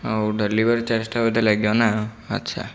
ଆଉ ଡେଲିଭରି ଚାର୍ଜଟା ବୋଧେ ଲାଗିବ ନା ଆଚ୍ଛା